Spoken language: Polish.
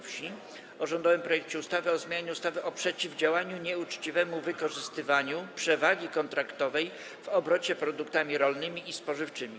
Wsi o rządowym projekcie ustawy o zmianie ustawy o przeciwdziałaniu nieuczciwemu wykorzystywaniu przewagi kontraktowej w obrocie produktami rolnymi i spożywczymi.